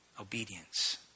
Obedience